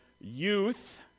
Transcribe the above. youth